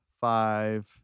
five